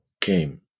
came